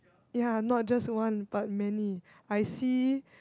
ya not just one but many I see